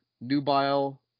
nubile